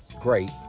great